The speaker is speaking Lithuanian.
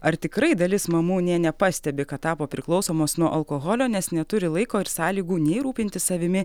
ar tikrai dalis mamų nė nepastebi kad tapo priklausomos nuo alkoholio nes neturi laiko ir sąlygų nei rūpintis savimi